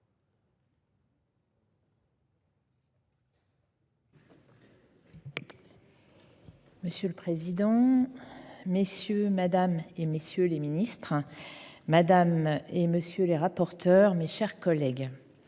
Monsieur le Président, messieurs, madames et messieurs les ministres, madames et messieurs les rapporteurs, mes chers collègues.